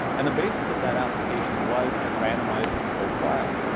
and the basis of that application was a randomized, controlled trial,